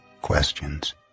questions